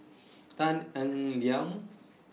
Tan Eng Liang